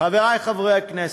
חברי חברי הכנסת,